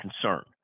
concern